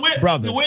Brother